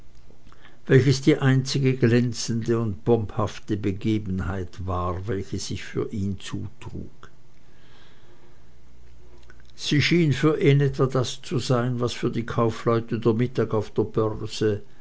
welches die einzige glänzende und pomphafte begebenheit war welche sich für ihn zutrug sie schien für ihn etwa das zu sein was für die kaufleute der mittag auf der börse